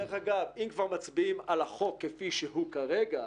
דרך אגב, אם כבר מצביעים על החוק כפי שהוא כרגע,